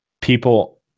people